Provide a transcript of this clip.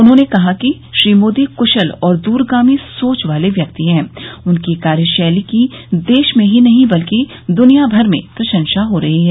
उन्होंने कहा कि श्री मोदी कृशल और दूरगामी सोच वाले व्यक्ति है उनकी कार्यशैली की देश में ही नहीं बल्कि दुनियाभर में प्रशंसा हो रही है